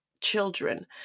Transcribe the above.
children